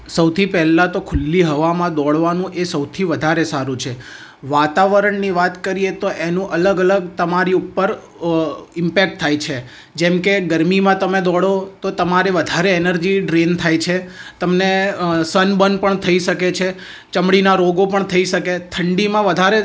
સૌથી પહેલાં તો ખુલ્લી હવામાં દોડવાનું એ સૌથી વધારે સારું છે વાતાવરણની વાત કરીએ તો એનો અલગ અલગ તમારી ઉપર ઇમ્પેક્ટ થાય છે જેમ કે ગરમીમાં તમે દોડો તો તમારે વાધારે એનર્જી ડ્રેન થાય છે તમને સનબર્ન પણ થઈ શકે છે ચામડીના રોગો પણ થઈ શકે ઠંડીમાં વધારે